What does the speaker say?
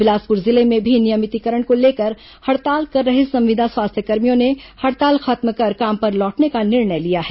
बिलासपुर जिले में भी नियमितीकरण को लेकर हड़ताल कर रहे संविदा स्वास्थ्यकर्भियों ने हड़ताल खत्म कर काम पर लौटने का निर्णय लिया है